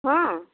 ହଁ